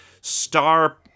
star